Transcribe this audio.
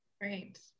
Great